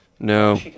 No